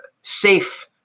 safe